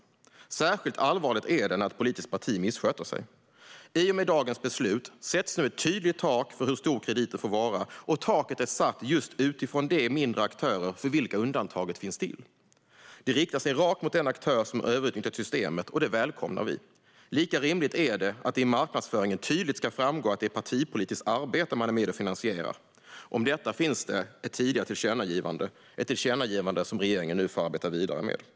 Det är särskilt allvarligt när ett politiskt parti missköter sig. I och med dagens beslut sätts ett tydligt tak för hur stor krediten får vara, och taket är satt utifrån just de mindre aktörer för vilka undantaget finns till. Det riktar sig rakt mot den aktör som överutnyttjat systemet, och det välkomnar vi. Lika rimligt är det att det i marknadsföringen tydligt ska framgå att det är partipolitiskt arbete man är med och finansierar. Om detta finns det ett tidigare tillkännagivande, ett tillkännagivande som regeringen nu får till uppgift att arbeta vidare med.